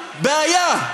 זו בעיה.